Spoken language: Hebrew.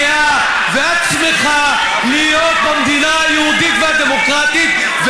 כי את גאה ואת שמחה להיות במדינה היהודית והדמוקרטית,